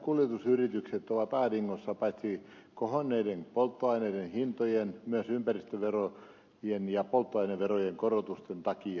kotimaiset kuljetusyritykset ovat ahdingossa paitsi kohonneiden polttoaineiden hintojen myös ympäristöverojen ja polttoaineverojen korotusten takia